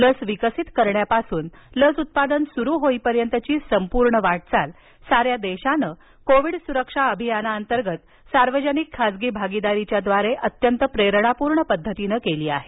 लस विकसित करण्यापासून लस उत्पादन सुरू होईपर्यंतची संपूर्ण वाटचाल साऱ्या देशानं कोविड सुरक्षा अभियानाअंतर्गत सार्वजनिक खासगी भागीदारीच्याद्वारे अत्यंत प्रेरणापूर्ण पद्धतीनं केली आहे